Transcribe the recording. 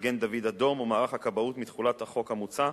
מגן-דוד-אדום ומערך הכבאות מתחולת החוק המוצע,